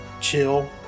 chill